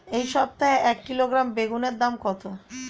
এই সপ্তাহে এক কিলোগ্রাম বেগুন এর দাম কত?